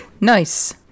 nice